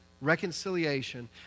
reconciliation